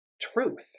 truth